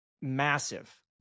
massive